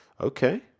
okay